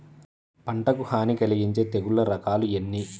పంటకు హాని కలిగించే తెగుళ్ళ రకాలు ఎన్ని?